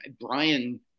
Brian